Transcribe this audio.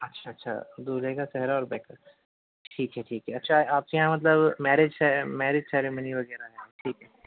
اچھا اچھا دُلہے کا سہرا اور ٹھیک ہے ٹھیک ہے اچھا آپ کے یہاں مطلب میرج ہے میرج سیریمنی وغیرہ ہے ٹھیک ہے